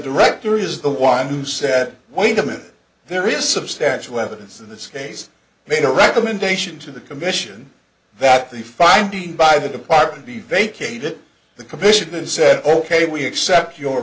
director is the one who said wait a minute there is substantial evidence in this case made a recommendation to the commission that the finding by the department be vacated the commission and said ok we accept your